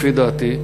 לפי דעתי?